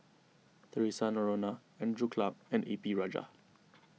theresa Noronha Andrew Clarke and A P Rajah